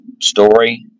story